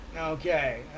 okay